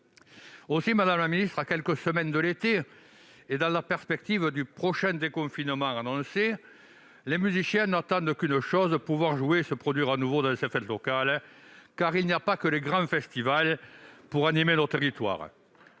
Aussi, à quelques semaines de l'été et dans la perspective du prochain déconfinement annoncé, les musiciens n'attendent qu'une chose : pouvoir jouer et se produire à nouveau dans ces fêtes locales. Car il n'y a pas que les grands festivals pour animer nos territoires.